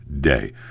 day